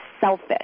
selfish